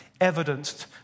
evidenced